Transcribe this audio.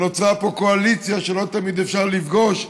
נוצרה פה קואליציה שלא תמיד אפשר לפגוש,